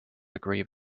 agree